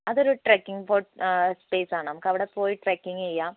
അതൊരു trekking space ആണ് നമുക്ക് അവിടെപ്പോയി ട്രക്കിങ്ങ് ചെയ്യാം